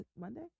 Monday